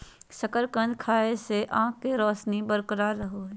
शकरकंद खाय से आंख के रोशनी बरकरार रहो हइ